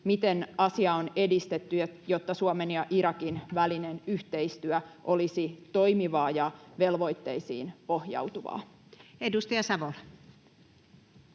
Miten asiaa on edistetty, jotta Suomen ja Irakin välinen yhteistyö olisi toimivaa ja velvoitteisiin pohjautuvaa? [Speech